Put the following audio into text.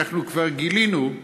אנחנו כרגיל בנאומים